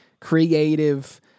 creative